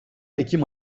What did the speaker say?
ekim